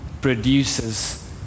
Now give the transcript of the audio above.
produces